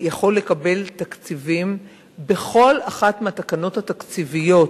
יכול לקבל תקציבים בכל אחת מהתקנות התקציביות,